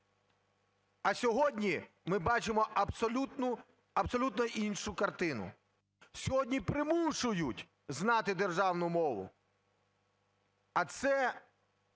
А сьогодні ми бачимо абсолютно іншу картину: сьогодні примушують знати державну мову, а це